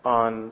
on